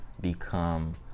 become